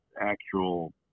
actual